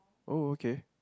oh okay